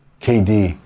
KD